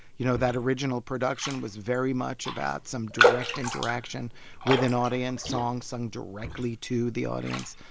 you know, that original production was very much about some direct interaction with an audience, songs sung directly to the audience.